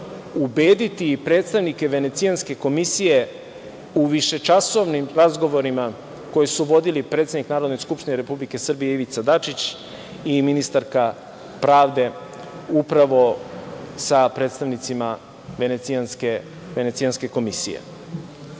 ubediti predstavnike Venecijanske komisije u višečasovnim razgovorima koje su vodili predsednik Narodne skupštine Republike Srbije Ivica Dačić i ministarka pravde, upravo sa predstavnicima Venecijanske komisije. Kada